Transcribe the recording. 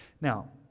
Now